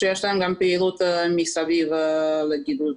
כשיש להם גם פעילות מסביב לגידול,